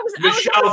Michelle